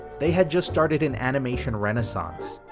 they had just started an animation renaissance.